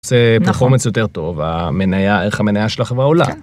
מחומץ יותר טוב המניה, איך המניה של החברה עולה.